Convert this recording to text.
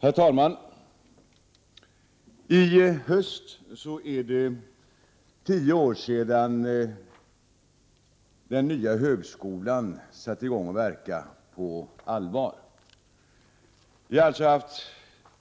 Herr talman! I höst är det tio år sedan den nya högskolan satte i gång att verka på allvar. Vi har under